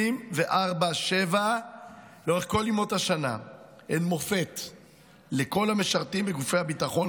24/7 לאורך כל ימות השנה הן מופת לכל המשרתים בגופי הביטחון,